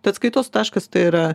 tai atskaitos taškas tai yra